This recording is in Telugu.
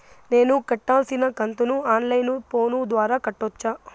నేను కట్టాల్సిన కంతును ఆన్ లైను ఫోను ద్వారా కట్టొచ్చా?